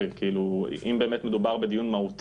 לא, שירי, הוא מרחיב את המצב